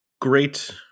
great